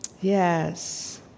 Yes